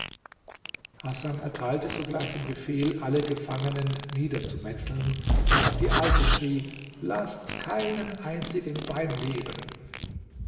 hasan erteilte sogleich den befehl alle gefangenen niederzumetzeln und auch die alte schrie laßt keinen einzigen beim leben